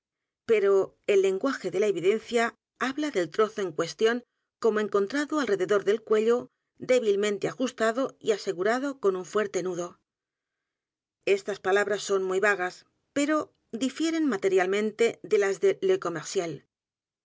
pero el lenguaje d é l a evidencia habla del trozo en cuestión como encontrado alrededor del cuello débilmente ajustado y asegurado con un fuerte nudo estas palabras son muy v a g a s pero difieren materialmente de las de